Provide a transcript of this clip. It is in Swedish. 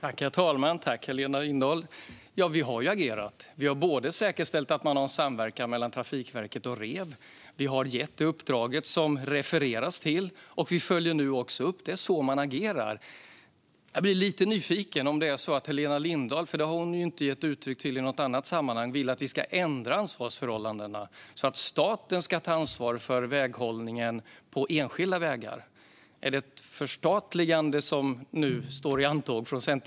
Herr talman! Tack, Helena Lindahl! Vi har ju agerat. Vi har säkerställt att man har en samverkan mellan Trafikverket och REV, vi har gett det uppdrag som Helena Lindahl refererar till och vi följer nu också upp. Det är så man agerar. Jag blir lite nyfiken på om Helena Lindahl vill att vi ska ändra ansvarsförhållandena så att staten ska ta ansvar för väghållningen på enskilda vägar. Det har hon ju inte gett uttryck för i något annat sammanhang.